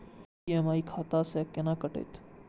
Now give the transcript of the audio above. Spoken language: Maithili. ई.एम.आई खाता से केना कटते?